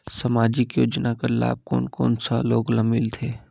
समाजिक योजना कर लाभ कोन कोन सा लोग ला मिलथे?